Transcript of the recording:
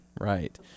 Right